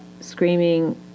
screaming